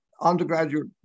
undergraduate